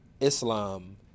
Islam